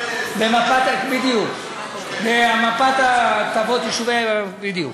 במפת הטבות, בדיוק, במפת הטבות יישובי בדיוק.